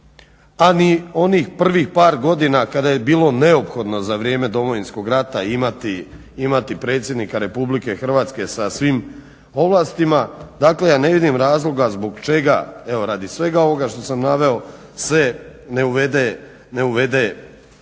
a ni onih prvih par godina kada je bilo neophodno za vrijeme Domovinskog rata imati predsjednika Republike Hrvatske sa svim ovlastima. Dakle ja ne vidim razloga zbog čega, evo radi svega ovoga što sam naveo se ne uvede jedan